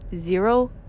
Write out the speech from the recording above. zero